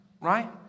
right